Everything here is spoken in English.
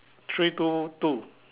three two two